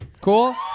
Cool